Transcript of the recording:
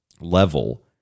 level